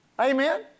Amen